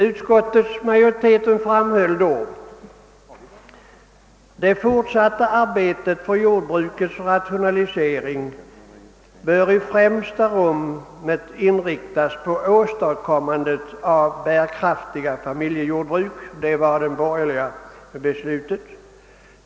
Utskottets majoritet framhöll då, att det fortsatta arbetet på jordbrukets rationalisering bör i främsta rummet inriktas på åstadkommande av bärkraftiga familjejordbruk. Det var alltså den borgerliga skrivningen.